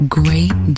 great